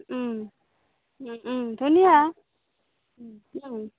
ধুনীয়া